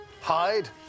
hide